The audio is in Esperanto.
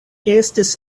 estis